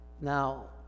Now